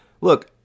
look